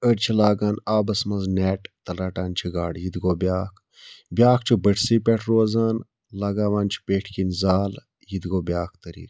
أڑۍ چھِ لاگان آبَس منٛز نیٚٹ تہٕ رَٹان چھِ گاڑٕ یہِ تہِ گوٚو بیٛاکھ بیٛاکھ چھُ بٔٹھۍ سٕے پٮ۪ٹھ روزان لَگاوان چھِ پٮ۪ٹھۍ کِنۍ زال یہِ تہِ گوٚو بیٛاکھ طٔریٖقہٕ